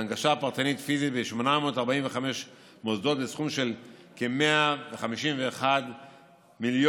הנגשה פרטנית פיזית ב-845 מוסדות בסכום של כ-151.6 מיליון